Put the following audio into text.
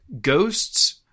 ghosts